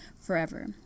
forever